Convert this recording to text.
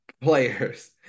players